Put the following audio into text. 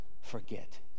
forget